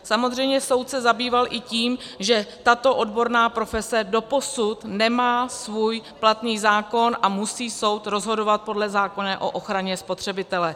Samozřejmě soud se zabýval i tím, že tato odborná profese doposud nemá svůj platný zákon a musí soud rozhodovat podle zákona o ochraně spotřebitele.